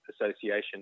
Association